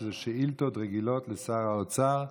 שאילתות רגילות לשר האוצר.